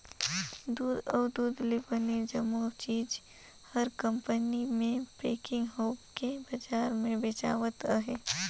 दूद अउ दूद ले बने जम्मो चीज हर कंपनी मे पेकिग होवके बजार मे बेचावत अहे